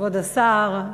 כבוד השר,